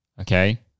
Okay